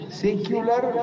secular